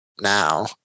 now